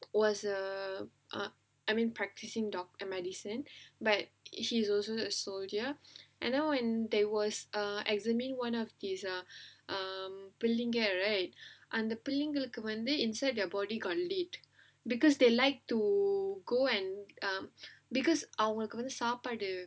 was um um I mean practising dark medicine but he's also a soldier and then when they was err examine one of his um புள்ளைங்க:pullainga right and the அந்த புள்ளைங்களுக்கு வந்து:antha pullaingalukku vandhu inside the body got lead because they like to go and um because அவங்களுக்கு வந்து சாப்பாடு:avangalukku vandhu saapaadu